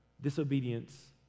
disobedience